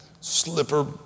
slipper